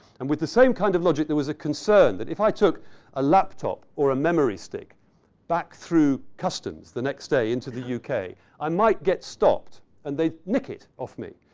and with the same kind of logic, there was a concern that if i took a laptop or a memory stick back through customs the next day into the yeah uk, i might get stopped and they'd nick it off me.